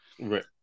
right